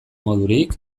modurik